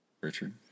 Richard